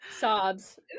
sobs